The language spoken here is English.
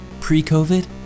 Pre-COVID